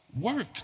work